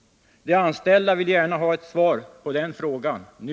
De anställda är angelägna om att få ett svar på den frågan nu.